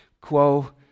quo